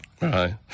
Right